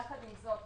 יחד עם זאת,